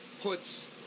puts